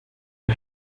des